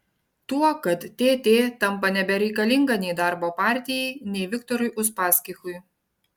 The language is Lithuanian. tuo kad tt tampa nebereikalinga nei darbo partijai nei viktorui uspaskichui